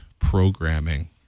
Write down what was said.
Programming